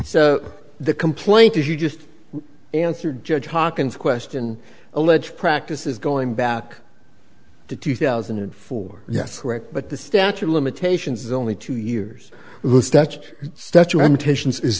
so the complaint is you just answered judge hawkins question alleged practice is going back to two thousand and four yes correct but the statute of limitations is only two years